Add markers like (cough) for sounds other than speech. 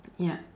(noise) ya